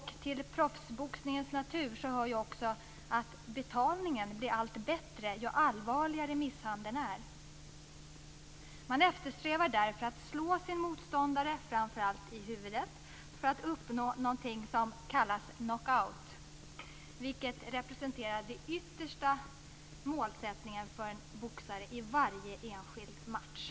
Till proffsboxningens natur hör också att betalningen blir bättre ju allvarligare misshandeln är. Man eftersträvar därför att slå sin motståndare framför allt i huvudet för att uppnå någonting som kallas knockout, vilket representerar den yttersta målsättningen för en boxare i varje enskild match.